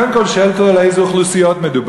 קודם כול היא שואלת אותו על איזה אוכלוסיות מדובר.